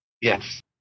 Yes